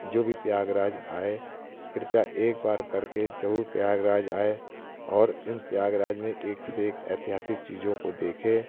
जो भी प्रयागराज आए कृपया एक बार करके जरूर प्रयागराज आए और इन प्रयागराज में एक से से एक ऐतिहासिक चीज़ों को देखें